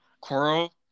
Coral